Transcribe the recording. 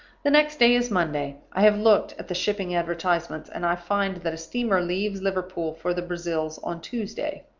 the next day is monday. i have looked at the shipping advertisements, and i find that a steamer leaves liverpool for the brazils on tuesday.